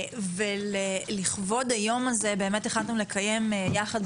ולכבוד היום הזה החלטנו לקיים יחד,